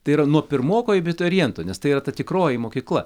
tai yra nuo pirmoko abituriento nes tai yra ta tikroji mokykla